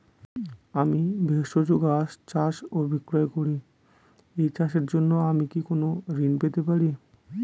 আমি ভেষজ গাছ চাষ ও বিক্রয় করি এই চাষের জন্য আমি কি কোন ঋণ পেতে পারি?